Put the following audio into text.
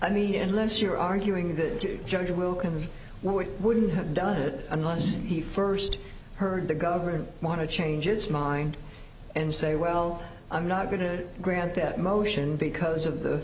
i mean unless you're arguing that judge wilkins would wouldn't have done it unless he first heard the government want to change its mind and say well i'm not going to grant that motion because of the